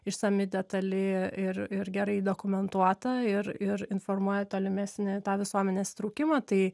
išsami detali ir ir gerai dokumentuota ir ir informuoja tolimesnį tą visuomenės įtraukimą tai